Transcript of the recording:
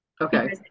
Okay